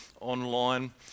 online